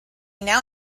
now